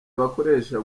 abakoresha